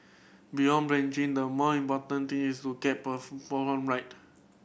beyond branching the more important thing is to get programme right